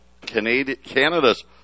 Canada's